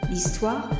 L'histoire